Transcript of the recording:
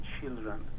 children